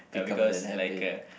ya because like a